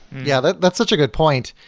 yeah, but that's such a good point.